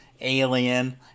Alien